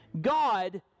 God